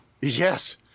Yes